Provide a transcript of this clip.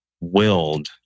willed